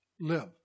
live